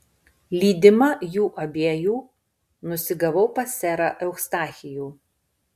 lydima jų abiejų nusigavau pas serą eustachijų